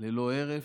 ללא הרף.